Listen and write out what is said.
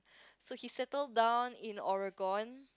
so he settle down in Oregon